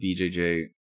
BJJ